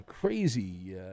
crazy